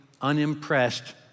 unimpressed